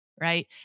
Right